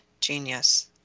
Genius